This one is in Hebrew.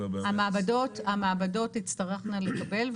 המעבדות תצטרכנה לקבל,